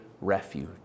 refuge